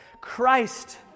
Christ